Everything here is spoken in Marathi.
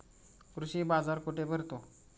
कृषी बाजार कुठे भरतो?